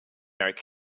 oak